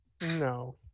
No